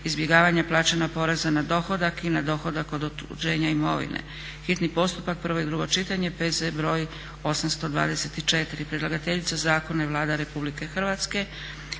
izbjegavanja plaćanja poreza na dohodak i na dohodak od otuđenja imovine, hitni postupak, prvo i drugo čitanje, P.Z. br. 824; Predlagateljica zakona je Vlada Republike Hrvatske.